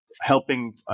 helping